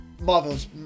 Marvel's